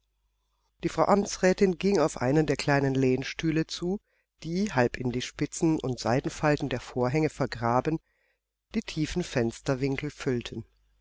die frau amtsrätin ging auf einen der kleinen lehnstühle zu die halb in die spitzen und seidenfalten der vorhänge vergraben die tiefen fensterwinkel füllten